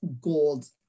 gold